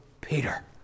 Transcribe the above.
Peter